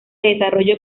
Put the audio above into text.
desarrollo